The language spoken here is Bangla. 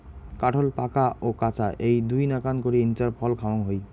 কাঠোল পাকা ও কাঁচা এ্যাই দুইনাকান করি ইঞার ফল খাওয়াং হই